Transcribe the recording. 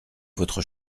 votre